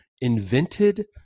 invented